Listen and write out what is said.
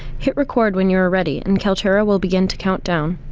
hit record when you're ah ready and kaltura will begin to count down.